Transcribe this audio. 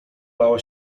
lała